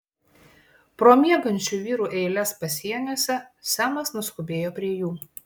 pro miegančių vyrų eiles pasieniuose semas nuskubėjo prie jų